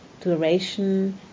duration